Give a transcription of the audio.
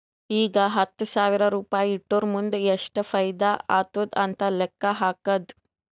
ಈಗ ಹತ್ತ್ ಸಾವಿರ್ ರುಪಾಯಿ ಇಟ್ಟುರ್ ಮುಂದ್ ಎಷ್ಟ ಫೈದಾ ಆತ್ತುದ್ ಅಂತ್ ಲೆಕ್ಕಾ ಹಾಕ್ಕಾದ್